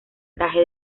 traje